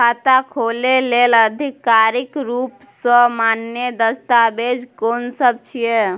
खाता खोले लेल आधिकारिक रूप स मान्य दस्तावेज कोन सब छिए?